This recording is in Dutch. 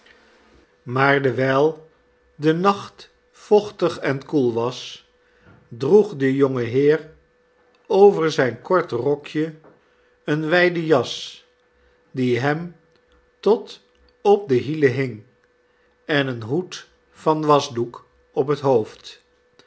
maar dewijl de nacht vochtig en koel was droeg de jonge heer over zijn kort rokje een wijden jas die hem tot op de hielen hing en een hoed van wasdoek op het hoofd